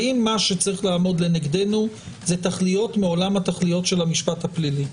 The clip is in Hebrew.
האם מה שצריך לעמוד לנגדנו זה תכליות מעולם התכליות של המשפט הפלילי?